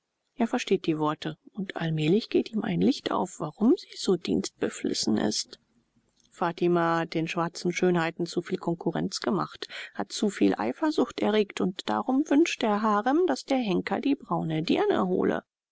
er versteht die worte und allmählich geht ihm ein licht auf warum sie so dienstbeflissen ist fatima hat den schwarzen schönheiten zu viel konkurrenz gemacht hat zu viel eifersucht erregt und darum wünscht der harem daß der henker die braune dirne hole